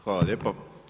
Hvala lijepa.